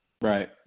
Right